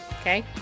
Okay